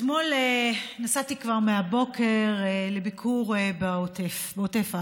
אתמול נסעתי כבר בבוקר לביקור בעוטף, בעוטף עזה,